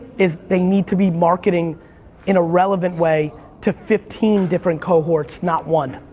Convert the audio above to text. is they need to be marketing in a relevant way to fifteen different cohorts, not one.